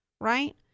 right